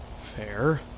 Fair